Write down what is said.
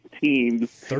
teams